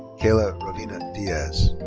kayla ravina diaz.